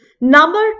number